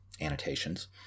annotations